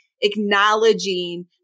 acknowledging